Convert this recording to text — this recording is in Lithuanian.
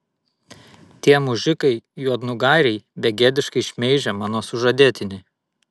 tie mužikai juodnugariai begėdiškai šmeižia mano sužadėtinį